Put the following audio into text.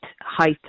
height